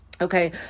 Okay